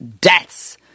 deaths